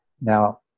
now